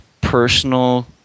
personal